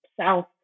south